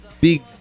big